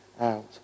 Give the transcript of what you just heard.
out